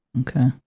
Okay